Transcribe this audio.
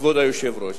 כבוד היושב-ראש.